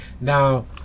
Now